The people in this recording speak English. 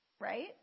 Right